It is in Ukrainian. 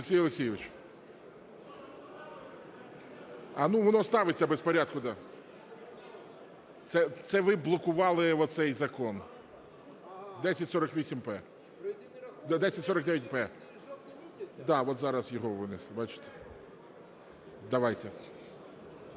Олексій Олексійович! Воно ставиться без порядку. Це ви блокували оцей закон. 1048-П. 1049-П. Да, зараз його винесли, бачите?